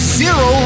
zero